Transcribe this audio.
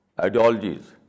ideologies